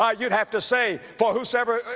um you'd have to say, for whosoever, er,